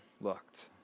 looked